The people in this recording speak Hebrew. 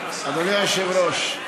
אדוני היושב-ראש,